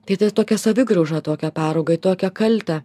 tai ta tokią savigraužą tokią perauga į tokią kaltę